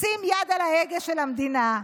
לשים יד על ההגה של המדינה.